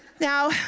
Now